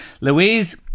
Louise